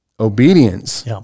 obedience